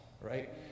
right